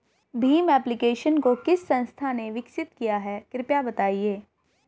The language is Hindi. भीम एप्लिकेशन को किस संस्था ने विकसित किया है कृपया बताइए?